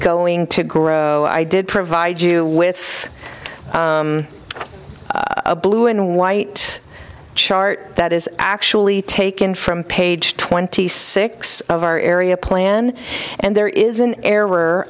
going to grow i did provide you with a blue and white chart that is actually taken from page twenty six of our area plan and there is an error